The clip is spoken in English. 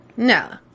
No